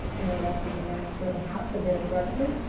interrupted the master of the house a bit abruptly,